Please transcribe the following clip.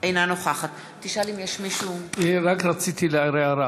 אינה נוכחת רק רציתי להעיר הערה,